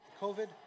COVID